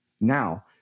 now